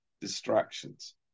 distractions